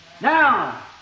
Now